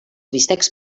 bistecs